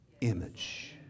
image